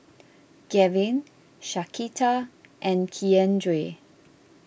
Gavin Shaquita and Keandre